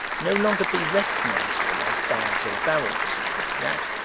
no longer be recognizable as bags or barrels that,